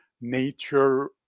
nature